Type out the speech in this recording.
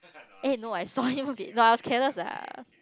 eh no I saw him okay no I was careless lah